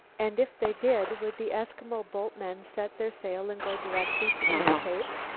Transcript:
and if they did, would the eskimo boatmen set their sail and go directly to east cape?